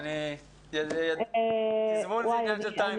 אני לא אומרת שיש משהו דרמטי,